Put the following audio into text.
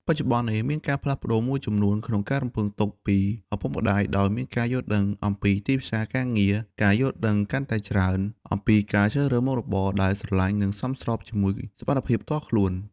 បច្ចុប្បន្ននេះ មានការផ្លាស់ប្តូរមួយចំនួនក្នុងការរំពឹងទុកពីឪពុកម្ដាយដោយមានការយល់ដឹងអំពីទីផ្សារការងារ ការយល់ដឹងកាន់តែច្រើនអំពីការជ្រើសរើសមុខរបរដែលស្រលាញ់ និងសមស្របជាមួយសមត្ថភាពផ្ទាល់ខ្លួន។